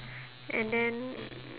and then